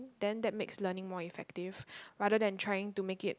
then that makes learning more effectively rather than trying to make it